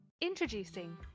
Introducing